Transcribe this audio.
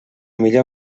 millor